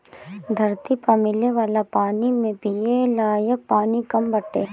धरती पअ मिले वाला पानी में पिये लायक पानी कम बाटे